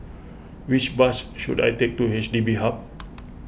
which bus should I take to H D B Hub